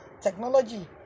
technology